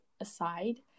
aside